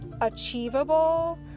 achievable